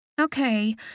okay